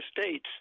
states